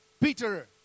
Peter